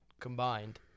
combined